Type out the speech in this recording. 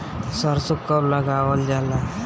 सरसो कब लगावल जाला?